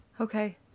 Okay